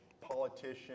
politician